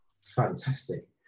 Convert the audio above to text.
fantastic